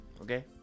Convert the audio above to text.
Okay